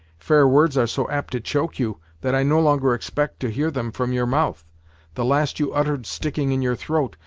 fair words are so apt to choke you, that i no longer expect to hear them from your mouth the last you uttered sticking in your throat,